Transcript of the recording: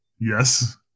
Yes